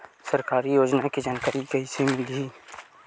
सरकारी योजना के जानकारी कइसे मिलही?